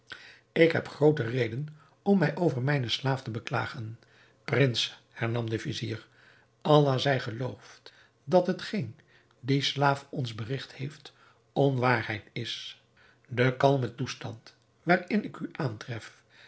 ik heb groote reden om mij over mijnen slaaf te beklagen prins hernam de vizier allah zij geloofd dat hetgeen die slaaf ons berigt heeft onwaarheid is de kalme toestand waarin ik u aantref